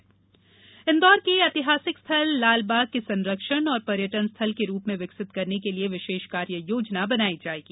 लालबाग संरक्षण इंदौर के ऐतिहासिक स्थल लालबाग के संरक्षण और पर्यटन स्थल के रूप में विकसित करने के लिए विषेष कार्य योजना बनाई जाएगी